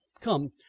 Come